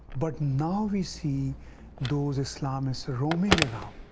but now we see those islamists ah roaming around.